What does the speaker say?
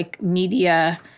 media